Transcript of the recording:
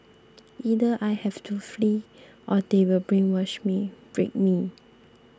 either I have to flee or they will brainwash me break me